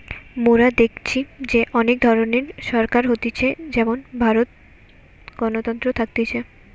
মোরা দেখেছি যে অনেক ধরণের সরকার হতিছে যেমন ভারতে গণতন্ত্র থাকতিছে